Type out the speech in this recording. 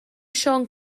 siôn